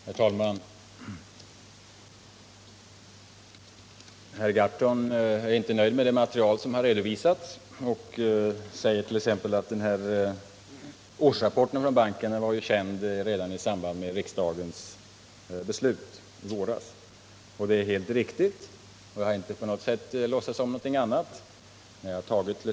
Herr talman! Herr Gahrton är inte nöjd med det material som har redovisats. Han säger t.ex. att bankens årsrapport var känd redan i samband med riksdagens beslut i våras. Det är riktigt, och jag har inte på något sätt låtsats som om förhållandet varit något annat.